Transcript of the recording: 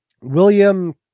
William